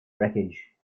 wreckage